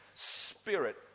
Spirit